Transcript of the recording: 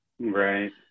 right